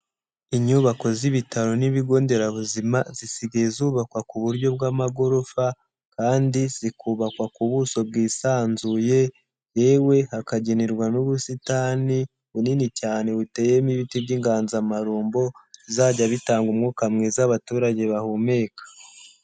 Inyubako z'ibitaro n'ibigo nderabuzima zisigaye zubakwa ku buryo bw'amagorofa kandi zikubakwa ku buso bwisanzuye, yewe hakagenerwa n'ubusitani bunini cyane buteyemo ibiti by'inganzamarumbo, bizajya bitanga umwuka mwiza abaturage bahumeka.